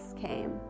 came